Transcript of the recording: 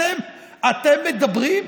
אתם מדברים?